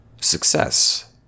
success